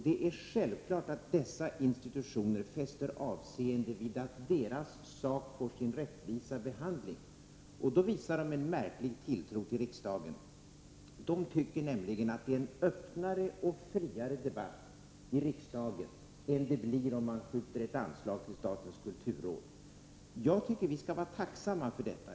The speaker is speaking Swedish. Det är självklart att dessa institutioner fäster avseende vid att deras sak får sin rättvisa behandling. Då visar de en märklig tilltro till riksdagen. De tycker nämligen att det är en öppnare och friare debatt i riksdagen än det blir om man skjuter ett anslag till statens kulturråd. Jag tycker att vi skall vara tacksamma för detta.